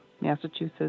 Massachusetts